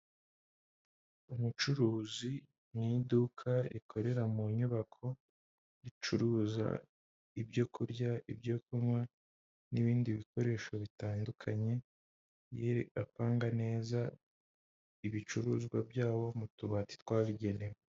Umucuruzi mu iduka rikorera mu nyubako ricuruza ibyoku kurya ibyo kunywa n'ibindi bikoresho bitandukanye, yiri apanga neza ibicuruzwa byabo mu tubati twabigenewe.